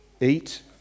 eat